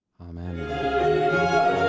Amen